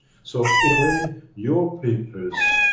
so, in a way, your papers,